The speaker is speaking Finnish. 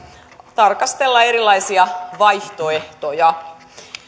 tarkastella erilaisia vaihtoehtoja